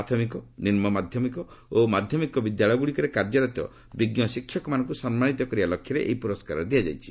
ପ୍ରାଥମିକ ନିମ୍ନ ମାଧ୍ୟମିକ ଓ ମାଧ୍ୟମିକ ବିଦ୍ୟାଳୟଗ୍ରଡ଼ିକରେ କାର୍ଯ୍ୟରତ ବିଜ୍ଞ ଶିକ୍ଷକମାନଙ୍କୁ ସମ୍ମାନିତ କରିବା ଲକ୍ଷ୍ୟରେ ଏହି ପୁରସ୍କାର ଦିଆଯାଇଛି